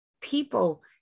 people